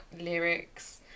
lyrics